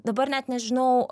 dabar net nežinau